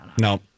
No